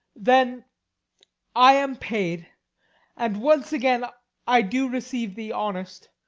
then i am paid and once again i do receive thee honest.